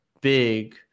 big